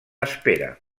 espera